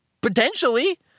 potentially